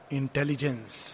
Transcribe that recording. intelligence